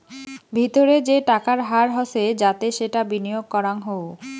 ভিতরে যে টাকার হার হসে যাতে সেটা বিনিয়গ করাঙ হউ